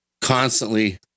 constantly